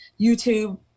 YouTube